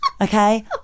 Okay